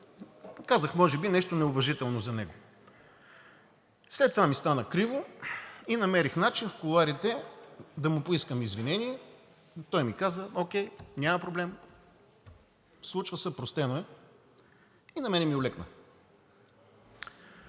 казах може би нещо неуважително за него. След това ми стана криво и намерих начин в кулоарите да му поискам извинение и той ми каза: окей, няма проблем, случва се, простено е. И на мен ми олекна.